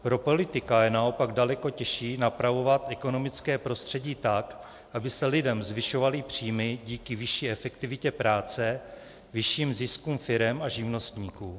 Pro politika je naopak daleko těžší napravovat ekonomické prostředí tak, aby se lidem zvyšovaly příjmy díky vyšší efektivitě práce, vyšším ziskům firem a živnostníků.